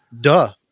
duh